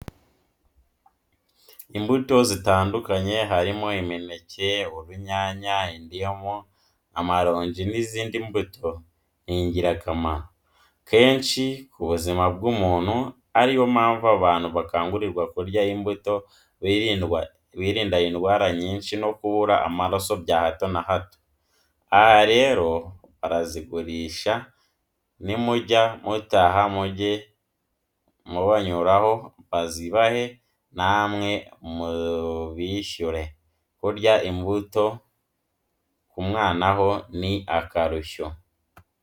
Inbuto zitandukanye harimo imineke, urunyanya, indimu, amarongi n'izindi mbuto ni ingirakamaro, kenshi kubuzima bw'umuntu ariyo mpamvu abantu bakangurirwa kurya imbuto birinda indwara nyisnhi no kubura amaraso bya hato na hato. Aha rero barazigurisha nimujya mutaha mujye mubanyuraho bazibahe namwe mubishyure. Kurya imbuto ku mwanaho ni akarusho.